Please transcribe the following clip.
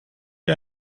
wie